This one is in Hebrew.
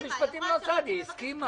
משרד המשפטים לא צד, היא הסכימה.